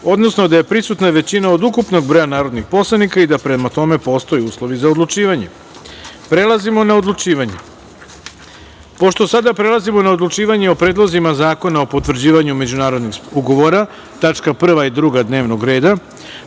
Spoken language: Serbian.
odnosno da je prisutna većina od ukupnog broja narodnih poslanika i da prema tome postoje uslovi za odlučivanje. Prelazimo na odlučivanje. Pošto sada prelazimo na odlučivanje o predlozima Zakona o potvrđivanju međunarodnih ugovora (tačka 1. i 2. dnevnog reda),